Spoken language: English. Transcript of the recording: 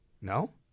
No